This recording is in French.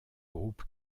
groupe